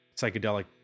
psychedelic